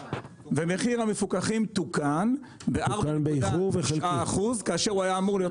מחיר המפוקחים תוקן ב-4.9% כאשר הוא היה אמור להיות